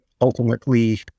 ultimately